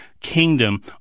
kingdom